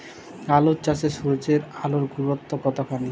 আলু চাষে সূর্যের আলোর গুরুত্ব কতখানি?